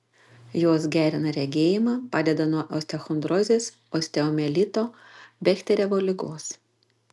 jos gerina regėjimą padeda nuo osteochondrozės osteomielito bechterevo ligos